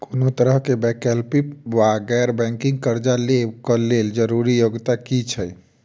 कोनो तरह कऽ वैकल्पिक वा गैर बैंकिंग कर्जा लेबऽ कऽ लेल जरूरी योग्यता की छई?